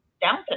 Down